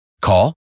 Call